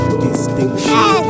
distinction